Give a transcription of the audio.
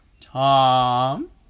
Tom